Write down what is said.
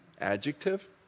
adjective